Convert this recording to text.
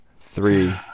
Three